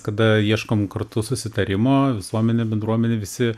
kada ieškom kartu susitarimo visuomenė bendruomenė visi